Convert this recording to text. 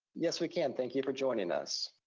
yes, we can, thank you for joining us.